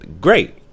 Great